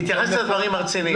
תתייחס לדברים הרציניים.